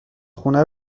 خونه